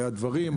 היו דברים,